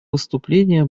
выступления